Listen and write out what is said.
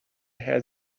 had